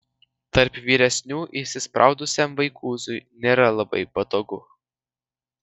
tarp vyresnių įsispraudusiam vaikūzui nėra labai patogu